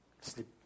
sleep